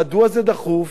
מדוע זה דחוף,